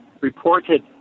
reported